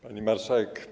Pani Marszałek!